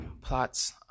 plots